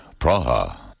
Praha